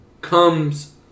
comes